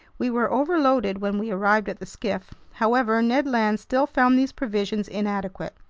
we were overloaded when we arrived at the skiff. however, ned land still found these provisions inadequate.